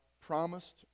promised